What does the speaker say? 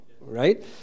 Right